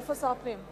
איפה שר הפנים?